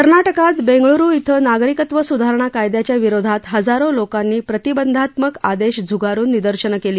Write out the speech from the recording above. कर्नाटकात बेंगळ्रु इथं नागरिकत्व सुधारणा कायदयाच्या विरोधात हजारो लोकांनी प्रतिबंधात्मक आदश झ्गारुन निर्देशनं काली